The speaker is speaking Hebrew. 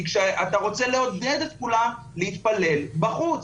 כי אתה רוצה לעודד את כולם להתפלל בחוץ,